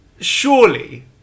surely